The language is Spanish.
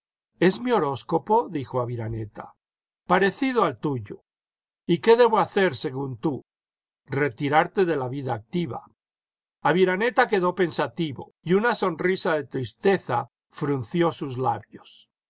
es mi horóscopo dijo aviraneta parecido al tuyo y qué debo hacer según iú retirarte de la vida activa aviraneta quedó pensativo y una sonrisa de tristeza frunció sus labios